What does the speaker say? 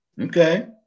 Okay